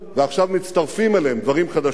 ועכשיו מצטרפים אליהן דברים חדשים,